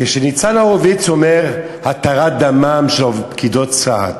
כשניצן הורוביץ אומר: התרת דמן של פקידות סעד,